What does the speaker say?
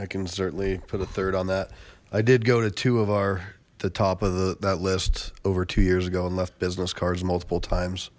i can certainly put a third on that i did go to two of our the top of the that list over two years ago and left business cards multiple times